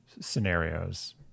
scenarios